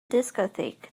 discotheque